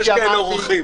אדוני.